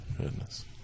Goodness